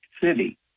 city